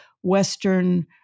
Western